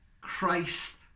Christ